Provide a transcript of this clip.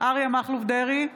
אריה מכלוף דרעי,